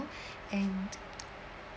and